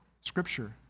scripture